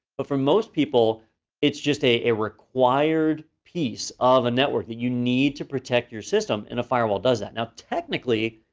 but for most people it's just a a required piece of a network. you need to protect your system and a firewall does that. now technically,